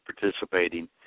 participating